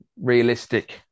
realistic